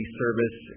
service